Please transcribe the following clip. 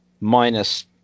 minus